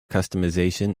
customization